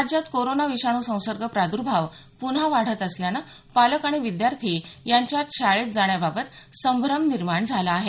राज्यात कोरोना विषाणू संसर्ग प्रादर्भाव पुन्हा वाढत असल्यानं पालक आणि विद्यार्थी यांच्यात शाळेत जाण्याबाबत संभ्रम निर्माण झाला आहे